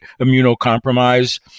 immunocompromised